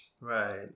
right